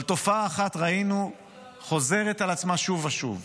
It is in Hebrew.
אבל תופעה אחת ראינו חוזרת על עצמה שוב ושוב: